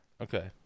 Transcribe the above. Okay